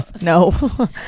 no